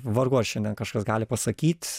vargu ar šiandien kažkas gali pasakyt